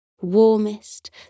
warmest